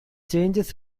changes